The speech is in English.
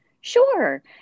sure